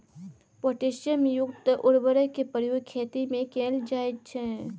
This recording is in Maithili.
पोटैशियम युक्त उर्वरकक प्रयोग खेतीमे कैल जाइत छै